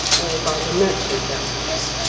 or by the merchant vessels.